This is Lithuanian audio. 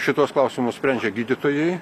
šituos klausimus sprendžia gydytojai